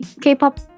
K-pop